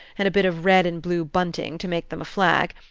and a bit of red and blue bunting to make them a flag.